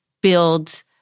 build